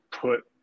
put